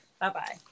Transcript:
Bye-bye